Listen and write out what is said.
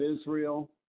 Israel